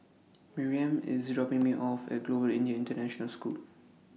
Miriam IS dropping Me off At Global Indian International School